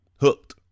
hooked